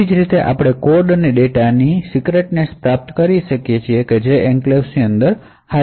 એવી જ રીતે આપણે કોડ અને ડેટાની અખંડિતતા પણ પ્રાપ્ત કરીએ છીએ જે એન્ક્લેવ્સ ની અંદર હાજર છે